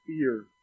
fear